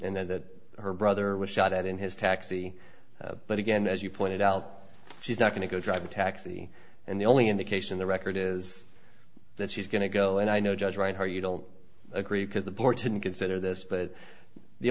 and that her brother was shot at in his taxi but again as you pointed out she's not going to go drive a taxi and the only indication the record is that she's going to go and i know judge right here you don't agree because the porton consider this but the